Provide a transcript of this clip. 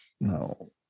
no